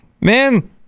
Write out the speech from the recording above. Man